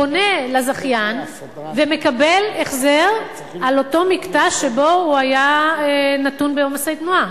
פונה לזכיין ומקבל החזר על אותו קטע שבו הוא היה נתון בעומסי תנועה.